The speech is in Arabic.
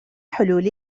حلول